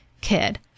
kid